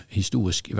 historisk